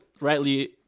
rightly